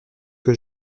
que